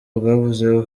bwavuze